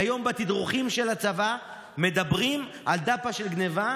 שכיום בתדרוכים של הצבא מדברים על דפ"א של גנבה,